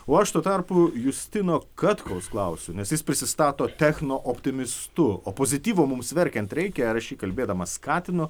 o aš tuo tarpu justino katkaus klausiu nes jis prisistato techno optimistu o pozityvo mums verkiant reikia ir aš jį kalbėdamas skatinu